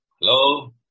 Hello